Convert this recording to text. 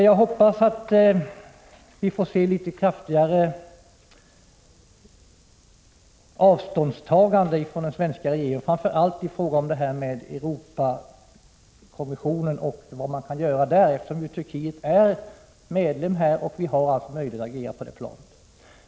Jag hoppas alltså att vi från den svenska regeringen får se exempel på litet kraftigare avståndstaganden, framför allt inom Europarådet, eftersom Turkiet är medlem där och vi kan agera på det planet.